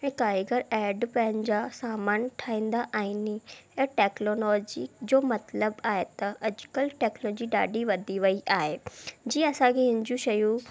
ऐं कारीगर ऐड पंहिंजा सामान ठाहींदा आहिनि ऐं टेक्नोलॉजी जो मतिलबु आहे त अॼुकल्ह टेक्नोलॉजी ॾाढी वधी वई आहे जीअं असांखे हिन जूं शयूं